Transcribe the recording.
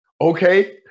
Okay